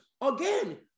again